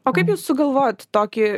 o kaip jūs sugalvojot tokį